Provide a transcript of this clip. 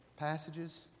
Passages